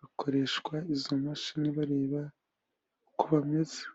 hakoreshwa izo mashini bareba uko bameze.